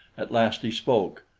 at last he spoke.